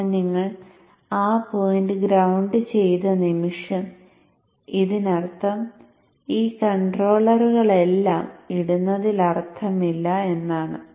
ഇപ്പോൾ നിങ്ങൾ ആ പോയിന്റ് ഗ്രൌണ്ട് ചെയ്ത നിമിഷം ഇതിനർത്ഥം ഈ കൺട്രോളറുകളെല്ലാം ഇടുന്നതിൽ അർത്ഥമില്ല എന്നാണ്